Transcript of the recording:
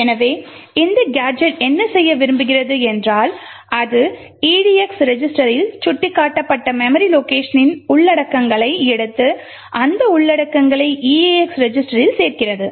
எனவே இந்த கேஜெட் என்ன செய்ய விரும்புகிறது என்றால் அது edx ரெஜிஸ்டரில் சுட்டிக்காட்டப்பட்ட மெமரி லொகேஷனின் உள்ளடக்கங்களை எடுத்து அந்த உள்ளடக்கங்களை eax ரெஜிஸ்டரில் சேர்க்கிறது